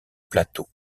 plateau